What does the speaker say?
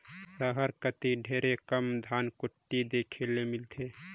सहर कती ढेरे कम धनकुट्टी देखे ले मिलथे